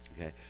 Okay